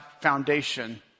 foundation